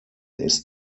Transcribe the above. ist